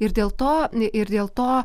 ir dėl to ir dėl to